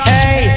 Hey